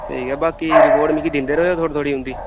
ठीक ऐ बाकी रिपोर्ट मिगी दिंदे र'वेओ थोह्ड़ी थोह्ड़ी उं'दी